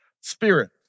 spirit